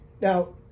Now